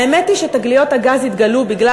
האמת היא שתגליות הגז התגלו בגלל